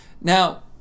Now